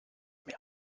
mehr